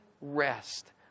rest